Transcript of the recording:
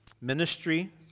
Ministry